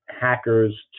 hackers